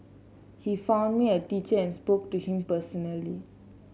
he found me a teacher and spoke to him personally